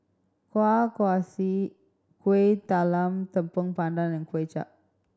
Kueh Kaswi Kuih Talam Tepong Pandan and Kuay Chap